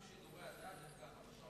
גם שידורי הדת הם בשעות